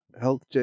Health